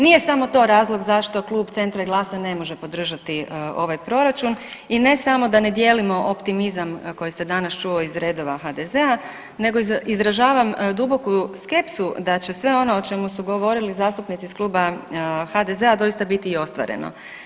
Nije samo to razlog zašto klub Centra i GLAS-a ne može podržati ovaj proračun i ne samo da ne dijelimo optimizam koji se danas čuo iz redova HDZ-a, nego izražavam duboku skepsu da će sve ono o čemu su govorili zastupnici iz Kluba HDZ-a doista biti i ostvareno.